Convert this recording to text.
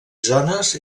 zones